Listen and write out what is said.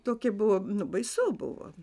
tokie buvo nu baisu buvo